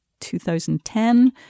2010